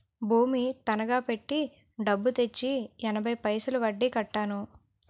భూమి తనకా పెట్టి డబ్బు తెచ్చి ఎనభై పైసలు వడ్డీ కట్టాను